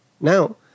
Now